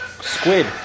squid